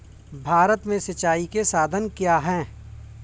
भारत में सिंचाई के साधन क्या है?